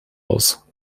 aus